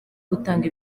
gutanga